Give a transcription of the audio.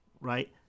right